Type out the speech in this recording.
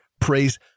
praise